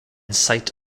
site